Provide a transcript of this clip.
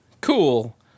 Cool